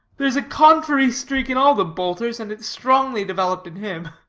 there's a contrary streak in all the boulters and it's strongly developed in him.